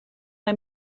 mae